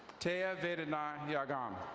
tea ah vedanadiagan. yeah like um